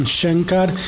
Shankar